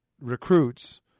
recruits